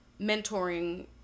mentoring